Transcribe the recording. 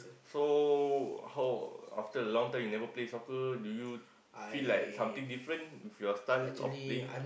so how after long time you never play soccer do you feel like something different with your style of playing